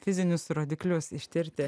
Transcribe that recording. fizinius rodiklius ištirti